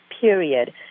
period